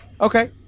Okay